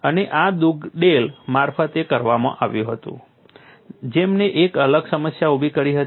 અને આ દુગડેલ મારફતે કરવામાં આવ્યું હતું જેમણે એક અલગ સમસ્યા ઉભી કરી હતી